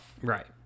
Right